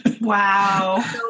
Wow